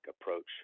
approach